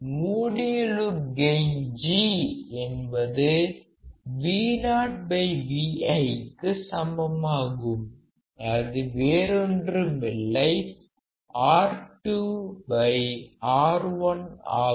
மூடிய loop gain G என்பது VoVi க்கு சமமாகும் அது வேறொன்றுமில்லை R2 R1 ஆகும்